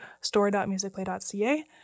store.musicplay.ca